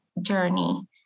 journey